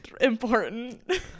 important